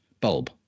bulb